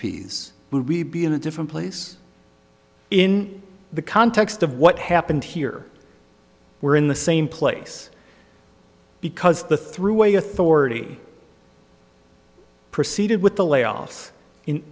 s would we be in a different place in the context of what happened here we're in the same place because the thruway authority proceeded with the layoffs in